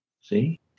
See